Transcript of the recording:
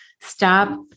stop